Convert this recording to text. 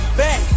back